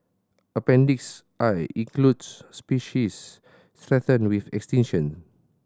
appendix I includes species threatened with extinction